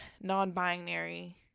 non-binary